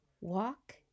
walk